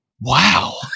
wow